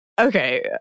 Okay